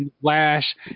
flash